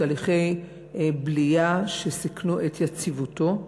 תהליכי בליה שסיכנו את יציבותו.